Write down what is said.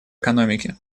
экономики